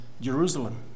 Jerusalem